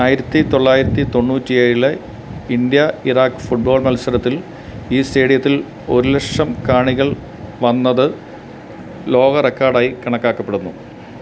ആയിരത്തി തൊള്ളായിരത്തി തൊണ്ണുറ്റി ഏഴിൽ ഇന്ത്യ ഇറാക്ക് ഫുട്ബോൾ മത്സരത്തിൽ ഈ സ്റ്റേഡിയത്തിൽ ഒരു ലക്ഷം കാണികൾ വന്നത് ലോക റെക്കാർഡായി കണക്കാക്കപ്പെടുന്നു